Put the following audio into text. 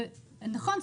נכון,